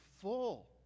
full